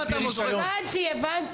הבנתי, הבנתי.